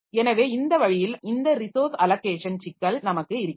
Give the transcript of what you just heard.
எனவே இந்த வழியில் இந்த ரிசோர்ஸ் அலோகேஷன் சிக்கல் நமக்கு இருக்கிறது